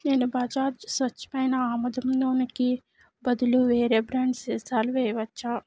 నేను బజాజ్ స్వచ్ఛమైన ఆముదం నూనెకి బదులు వేరే బ్రాండ్ సీసాలు వేయవచ్చా